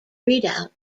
redoubt